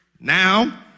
Now